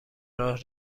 راه